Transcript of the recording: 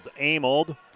Amold